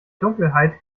dunkelheit